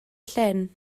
llyn